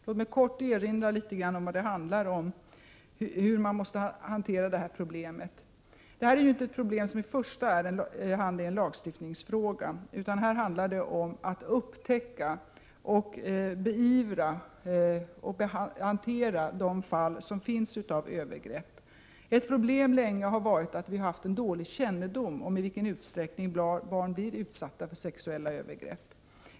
Låt mig kort erinra om på vilket sätt man måste hantera detta problem. Detta är i första hand inte en lagstiftningsfråga, utan det handlar om att upptäcka och beivra dessa fall av övergrepp. Sedan lång tid har ett problem varit att vi har haft dålig kännedom om i vilken utsträckning barn blir utsatta för sexuella övergrepp.